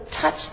touch